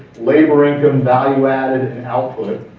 labor income, value added and output.